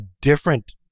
different